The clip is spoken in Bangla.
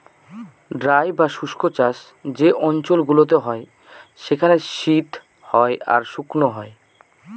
ড্রাই বা শুস্ক চাষ যে অঞ্চল গুলোতে হয় সেখানে শীত হয় আর শুকনো হয়